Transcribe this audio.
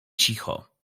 cicho